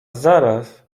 zaraz